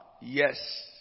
Yes